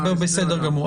בסדר גמור.